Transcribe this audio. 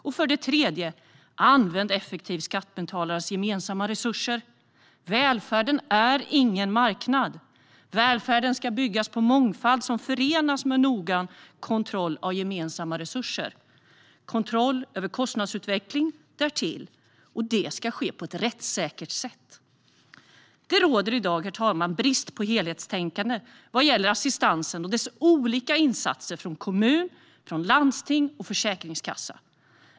Vi vill även se ett effektivt användande av skattebetalarnas gemensamma resurser. Välfärden är ingen marknad. Välfärden ska byggas på mångfald som förenas med noggrann kontroll av gemensamma resurser och kostnadsutveckling, och det ska ske på ett rättssäkert sätt. Herr talman! Det råder i dag brist på helhetstänkande vad gäller assistansen och de olika insatserna från kommuner, landsting och Försäkringskassan.